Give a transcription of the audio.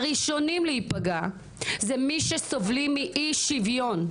הראשונים להיפגע זה מי שסובלים מאי שוויון,